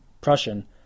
Prussian